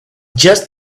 just